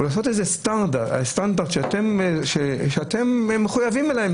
או לעשות איזה סטנדרט שאתם מחויבים אליו,